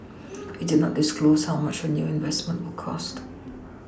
it did not disclose how much the new investment will cost